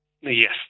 Yes